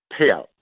payout